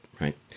right